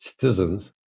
citizens